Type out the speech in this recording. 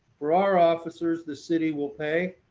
for our officers, the city will pay.